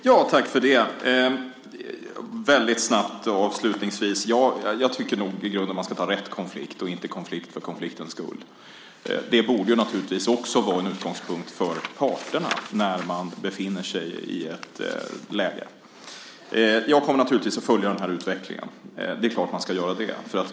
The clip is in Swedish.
Herr talman! Jag tycker nog i grunden - väldigt snabbt och avslutningsvis - att man ska ta rätt konflikt och inte konflikt för konfliktens skull. Det borde naturligtvis också vara en utgångspunkt för parterna när de befinner sig i ett sådant läge. Jag kommer naturligtvis att följa den här utvecklingen. Det är klart att man ska göra det.